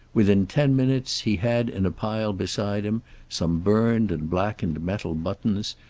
within ten minutes he had in a pile beside him some burned and blackened metal buttons,